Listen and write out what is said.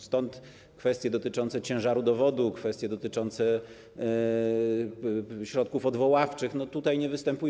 Stąd kwestie dotyczące ciężaru dowodu, kwestie dotyczące środków odwoławczych tutaj nie występują.